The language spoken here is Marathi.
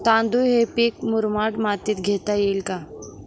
तांदूळ हे पीक मुरमाड मातीत घेता येईल का?